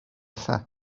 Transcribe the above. lle